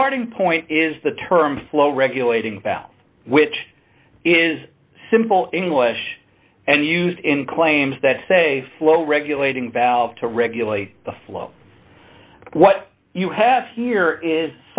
starting point is the term flow regulating which is simple english and used in claims that say flow regulating valve to regulate the flow what you have here is